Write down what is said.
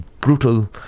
brutal